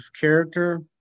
character